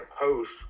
post